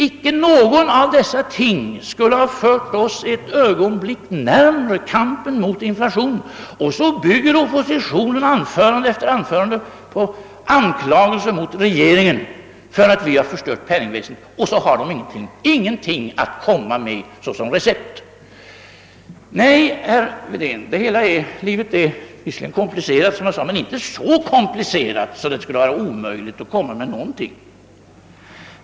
Icke något av dessa ting skulle ett ögonblick ha fört oss närmare ett resultat i kampen mot inflationen. Men ändå framför oppositionen i anförande efter anförande anklagelser mot regeringen för att vi förstört penningvärdet, utan att man själv har något recept att komma med. Nej, herr Wedén, livet är visserligen som jag sade komplicerat men inte så komplicerat att det skulle vara omöjligt att komma med någonting.